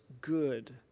good